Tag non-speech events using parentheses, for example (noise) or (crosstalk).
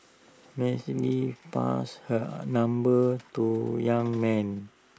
(unintelligible) passed her number to young man